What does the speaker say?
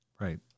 right